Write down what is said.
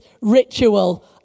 ritual